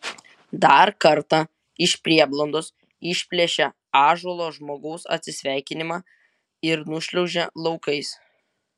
dar kartą iš prieblandos išplėšia ąžuolo žmogaus atsisveikinimą ir nušliaužia laukais